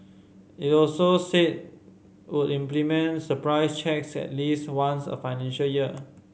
it also said would implement surprise checks at least once a financial year